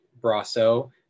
Brasso